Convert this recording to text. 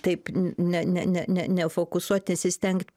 taip ne ne ne ne nefokusuot nesistengt